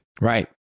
Right